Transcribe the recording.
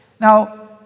Now